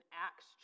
Acts